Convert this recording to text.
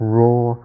raw